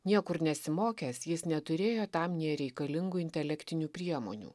niekur nesimokęs jis neturėjo tam nė reikalingų intelektinių priemonių